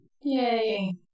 Yay